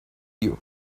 you